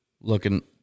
Looking